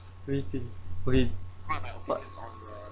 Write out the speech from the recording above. let me think okay what